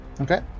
okay